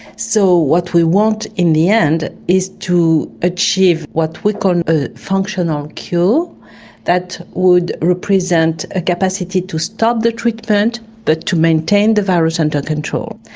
so what we want in the end is to achieve what we call a functional cure that would represent a capacity to stop the treatment but to maintain the virus under control.